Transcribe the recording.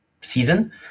season